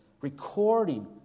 recording